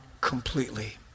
completely